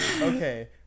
Okay